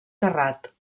terrat